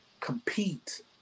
compete